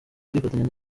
kwifatanya